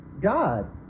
God